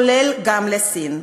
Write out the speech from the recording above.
כולל לסין.